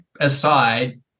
aside